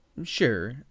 sure